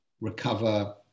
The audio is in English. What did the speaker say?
recover